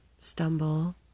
stumble